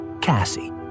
Cassie